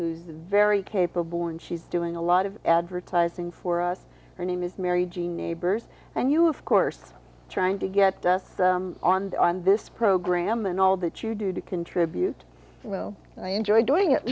who's a very capable and she's doing a lot of advertising for us her name is mary jean neighbors and you of course trying to get us on the on this program and all that you do to contribute well and i enjoy doing it